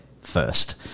first